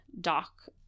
dock